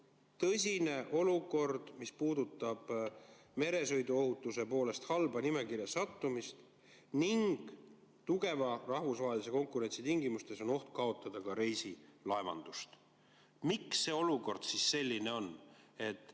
tõsine olukord, mis puudutab meresõiduohutuse poolest halba nimekirja sattumist ning tugeva rahvusvahelise konkurentsi tingimustes on ka oht kaotada reisilaevanduses. Miks see olukord selline on?